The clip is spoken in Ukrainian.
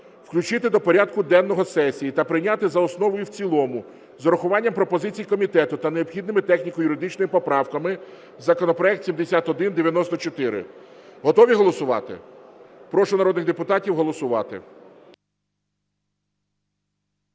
включити до порядку денного сесії та прийняти за основу і в цілому з урахуванням пропозицій комітету та необхідними техніко-юридичними поправками законопроект 7194. Готові голосувати? Прошу народних депутатів голосувати.